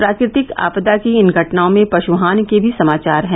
प्राकृतिक आपदा की इन घटनाओं में पशु हानि के भी समाचार हैं